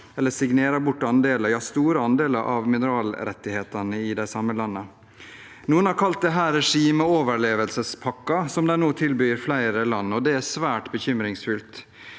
de signerer bort store andeler av mineralrettighetene i de samme landene. Noen har kalt dette «regimeoverlevelsespakken», som de nå tilbyr flere land, og det er svært bekymringsfullt.